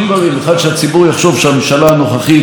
שהציבור יחשוב שהממשלה הנוכחית לא